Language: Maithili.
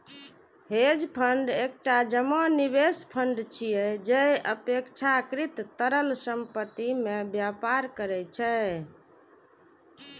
हेज फंड एकटा जमा निवेश फंड छियै, जे अपेक्षाकृत तरल संपत्ति मे व्यापार करै छै